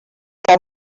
que